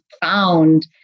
found